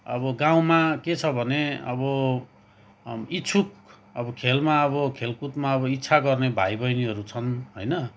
अब गाउँमा के छ भने अब इच्छुक अब खेलमा अब खेलकुदमा अब इच्छा गर्ने भाइ बहिनीहरू छन् होइन